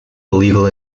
illegal